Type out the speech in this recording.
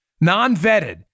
non-vetted